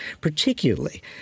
particularly